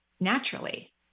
naturally